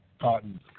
cotton